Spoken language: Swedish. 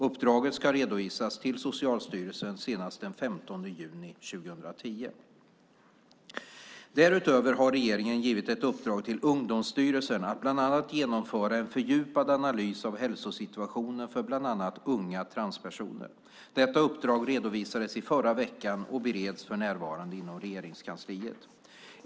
Uppdraget ska redovisas till Socialstyrelsen senast den 15 juni 2010. Därutöver har regeringen givit ett uppdrag till Ungdomsstyrelsen att bland annat genomföra en fördjupad analys av hälsosituationen för bland annat unga transpersoner. Detta uppdrag redovisades i förra veckan och bereds för närvarande inom Regeringskansliet.